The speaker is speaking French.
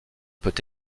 peut